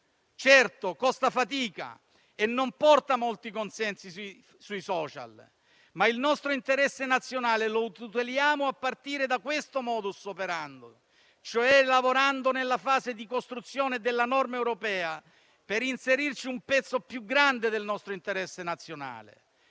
Certamente costa fatica e non porta molti consensi sui *social*, ma il nostro interesse nazionale lo tuteliamo a partire da questo *modus operandi*, cioè lavorando nella fase di costruzione della norma europea, per inserirci un pezzo più grande del nostro interesse nazionale,